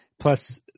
Plus